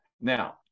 Now